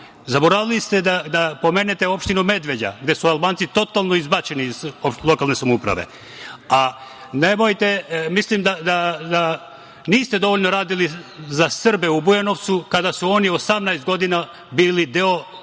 Zaboravili ste da pomenete opštinu Medveđa gde su Albanci totalno izbačeni iz lokalne samouprave. Mislim da niste dovoljno radili za Srbe u Bujanovcu kada su oni 18 godina bili deo lokalne